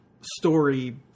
story